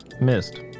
missed